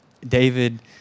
David